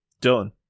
Done